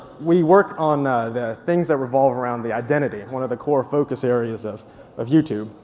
we work on the things that revolve around the identity, and one of the core focus areas of of youtube.